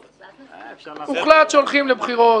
הוחלט שהולכים לבחירות,